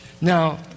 Now